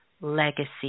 legacy